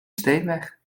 steenweg